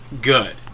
good